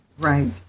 Right